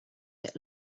get